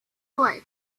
wife